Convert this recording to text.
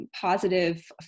positive